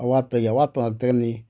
ꯑꯋꯥꯠꯄꯒꯤ ꯑꯋꯥꯠꯄ ꯉꯥꯛꯇꯅꯤ